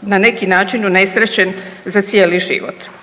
na neki način unesrećen za cijeli život?